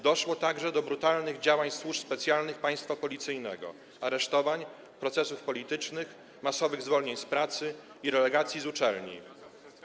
Doszło także do brutalnych działań służb specjalnych państwa policyjnego: aresztowań, procesów politycznych, masowych zwolnień z pracy i relegacji z uczelni.